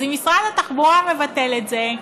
אז אם משרד התחבורה מבטל את זה,